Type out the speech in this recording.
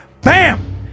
BAM